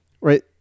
right